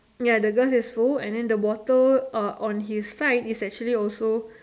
ya the glass is full and then the bottle on his side is actually also